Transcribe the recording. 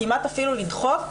כמעט אפילו לדחוף,